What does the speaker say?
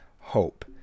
hope